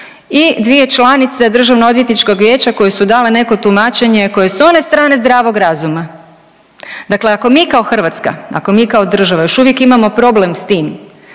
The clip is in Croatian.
i dvije članice DOV-a koje su dale neko tumačenje koje su s one strane zdravog razuma. Dakle ako mi kao Hrvatska, ako mi kao država još uvijek imamo problem s tim